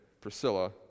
Priscilla